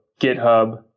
GitHub